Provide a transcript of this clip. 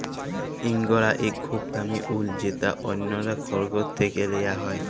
ইঙ্গরা ইক খুব দামি উল যেট অল্যরা খরগোশ থ্যাকে লিয়া হ্যয়